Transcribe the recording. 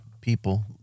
people